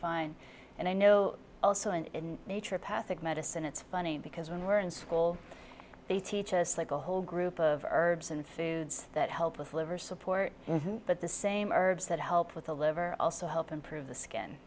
find and i know also in nature apathic medicine it's funny because when we're in school they teach us like a whole group of herbs and foods that help with liver support but the same herbs that help with the liver also help improve the skin